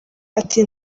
ati